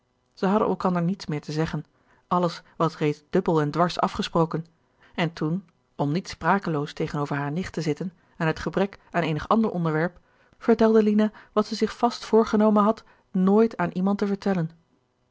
zij hadden elkander niets meer te zeggen alles was reeds dubbel en dwars afgesproken en toen om niet sprakeloos tegenover hare nicht te zitten en uit gebrek aan eenig ander onderwerp vertelde lina wat zij zich vast voorgenomen had nooit aan iemand te vertellen